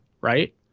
right